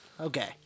Okay